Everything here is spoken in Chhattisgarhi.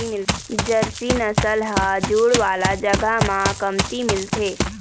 जरसी नसल ह जूड़ वाला जघा म कमती मिलथे